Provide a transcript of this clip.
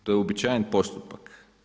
To je uobičajen postupak.